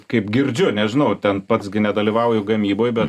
kaip girdžiu nežinau ten pats nedalyvauju gamyboj bet